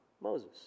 Moses